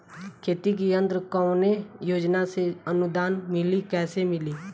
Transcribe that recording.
खेती के यंत्र कवने योजना से अनुदान मिली कैसे मिली?